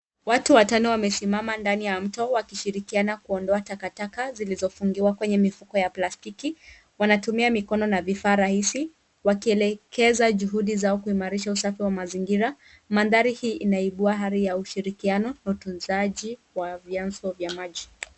Watu watano wamesimama ndani ya mto wakishirikiana kuondoa takataka ndani ya mto zilizofungwa kwa mifuko ya plastiki. Wanatumia mikono na vifaa rahisi wakieleza juhudi zao za kuimarisha usafi wa mazingira. Mandhari hii inaibua hali ya ushirikiano na utunzaji wa vyanzo vya maji.